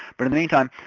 but in the meantime,